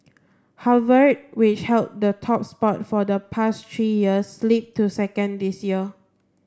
Harvard which held the top spot for the past three years slipped to second this year